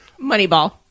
Moneyball